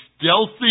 stealthy